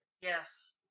Yes